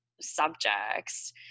subjects